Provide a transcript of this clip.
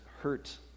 hurt